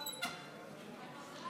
גברתי